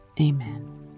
amen